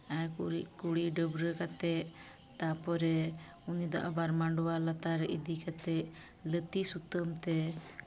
ᱟᱨ ᱜᱩᱨᱤᱡ ᱠᱩᱲᱤ ᱰᱟᱹᱵᱽᱨᱟᱹ ᱠᱟᱛᱮᱫ ᱛᱟᱨᱯᱚᱨᱮ ᱩᱱᱤ ᱫᱚ ᱟᱵᱟᱨ ᱢᱟᱰᱣᱟ ᱞᱟᱛᱟᱨ ᱤᱫᱤ ᱠᱟᱛᱮᱫ ᱞᱩᱤ ᱥᱩᱛᱟᱹᱢ ᱛᱮ